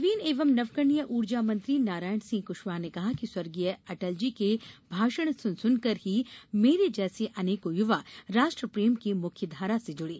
नवीन एवं नवकरणीय ऊर्जा मंत्री नारायण सिंह क्शवाह ने कहा कि स्व अटलजी के भाषण सुन सुनकर ही मेरे जैसे अनेकों युवा राष्ट्र प्रेम की मुख्यधारा से जुड़े